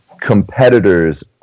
competitors